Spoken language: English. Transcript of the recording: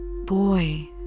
boy